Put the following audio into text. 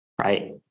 right